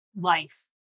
life